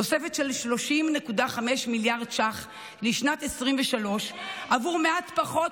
תוספת של 30.5 מיליארד ש"ח לשנת 2023 עבור מעט פחות